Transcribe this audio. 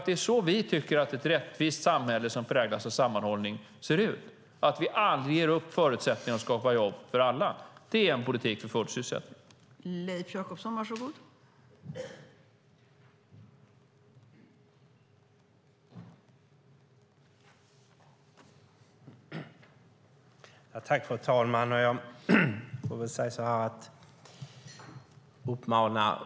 Det är så vi tycker att ett rättvist samhälle som präglas av sammanhållning ser ut, att vi aldrig ger upp förutsättningar för att skapa jobb åt alla. Det är en politik för full sysselsättning.